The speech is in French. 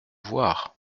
voir